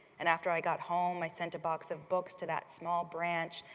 and after i got home i sent a box of books to that small branch,